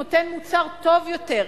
נותן מוצר טוב יותר,